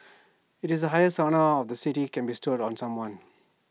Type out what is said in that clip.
IT is the highest honour of the city can bestow on someone